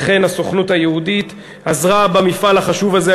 וכן הסוכנות היהודית עזרה במפעל החשוב הזה.